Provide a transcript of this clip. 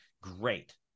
Great